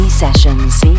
sessions